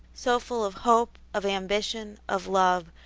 so full of hope, of ambition, of love,